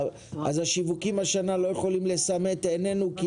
אז השיווקים השנה לא יכולים לסמא את עינינו כי